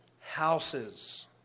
houses